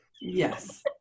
Yes